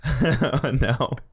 No